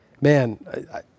man